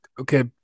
okay